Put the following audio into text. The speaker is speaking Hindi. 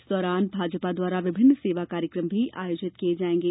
इस दौरान भाजपा द्वारा विभिन्न सेवा कार्यक्रम भी आयोजित किए जाएंगे